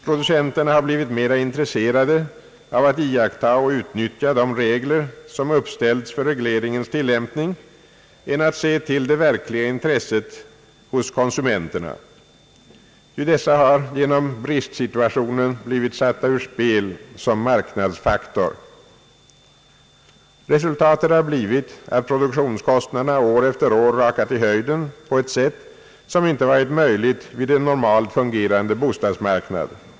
Producenterna har blivit mera intresserade av att iaktta och utnyttja de regler, som uppställts för regleringens tillämpning, än att se till det verkliga intresset hos konsumenterna, ty dessa har genom bristsituationen blivit satta ur spel som marknadsfaktor. Resultatet har blivit, att produktionskonstnaderna år efter år rakat i höjden på ett sätt, som icke skulle ha varit möjligt vid en normalt fungerande bostadsmarknad.